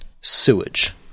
Sewage